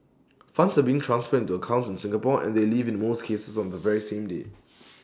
funds are being transferred into accounts in Singapore and they leave in most cases on the very same day